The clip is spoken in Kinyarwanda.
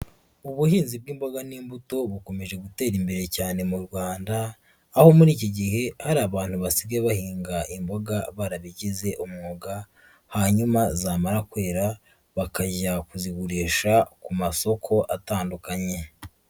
Ubuhinzi bw'imboga n'imbuto bukomeje gutera imbere cyane mu Rwanda, aho muri iki gihe hari abantu basigaye bahinga imboga barabigize umwuga, hanyuma zamara kwera bakajya kuzigurisha ku masoko atandukanye.